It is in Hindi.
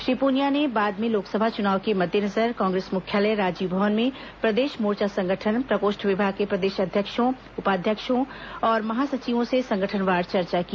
श्री पुनिया ने बाद में लोकसभा चुनाव के मद्देनजर कांग्रेस मुख्यालय राजीव भवन में प्रदेश मोर्चा संगठन प्रकोष्ठ विभाग के प्रदेश अध्यक्षों उपाध्यक्षों और महासचिवों से संगठनवार चर्चा की